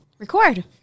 Record